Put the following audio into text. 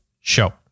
show